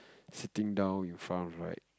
sitting down you found right